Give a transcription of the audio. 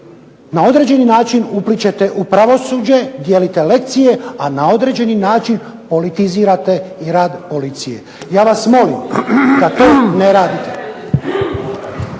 na određeni način uplićete u pravosuđe, dijelite lekcije, a na određeni način politizirate i rad policije. Ja vas molim da to ne radite.